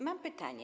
Mam pytanie.